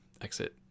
exit